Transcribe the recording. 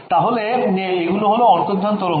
তাহলে এগুলো হল অন্তর্ধান তরঙ্গ